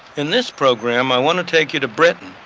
in this program, i want to take you to britain,